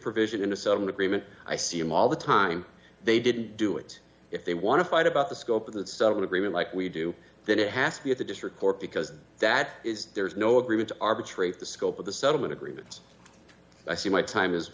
provision into some agreement i see em all the time they didn't do it if they want to fight about the scope of that seven agreement like we do that it has to be at the district court because that is there is no agreement to arbitrate the scope of the settlement agreement i see my time is